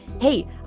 hey